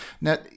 Now